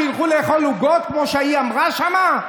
שילכו לאכול עוגות, כמו שההיא אמרה שם.